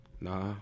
Nah